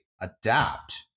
adapt